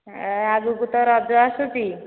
ଆଗକୁ ତ ରଜ ଆସୁଛି